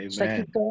Amen